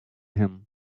him